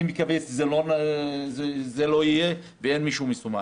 אני מקווה שזה לא יהיה ואין מישהו מסומן.